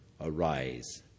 Arise